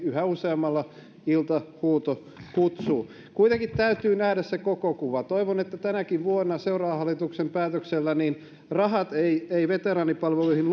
yhä useammalla iltahuuto kutsuu kuitenkin täytyy nähdä se koko kuva toivon että tänäkään vuonna seuraavan hallituksen päätöksellä rahat veteraanipalveluihin